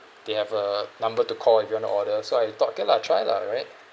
they have a number to call if you want to order so I thought okay lah try lah right